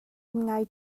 ngai